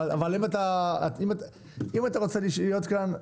אבל אם אתה רוצה להיות כאן,